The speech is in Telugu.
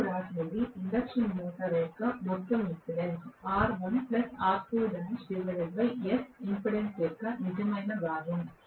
నేను వ్రాసినది ఇండక్షన్ మోటర్ యొక్క మొత్తం ఇంపెడెన్స్ ఇంపెడెన్స్ యొక్క నిజమైన భాగం